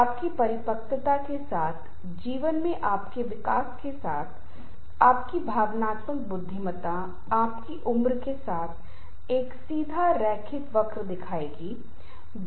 हमारे जीवन में बहुत सी ऐसी परिस्थितियाँ आती हैं और लोग अपने स्तर पर पूरी तरह से पार पाने की कोशिश करते हैं और निश्चित रूप से जब हम इस तरह की दुविधा में होते हैं जिसे आंतरिक संघर्ष कहा जाता है हम इस स्थिति में होते हैं कि हम निर्णय नहीं ले पाते हैं